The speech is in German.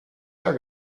jahr